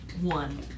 One